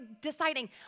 deciding